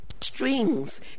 strings